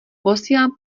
posílám